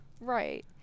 right